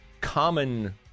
common